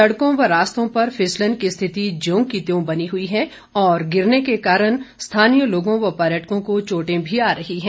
सड़कों व रास्तों पर फिसलन की स्थिति ज्यों की त्यों बनी हुई है और गिरने के कारण स्थानीय लोगों व पर्यटकों को चोटे भी आ रही हैं